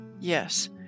Yes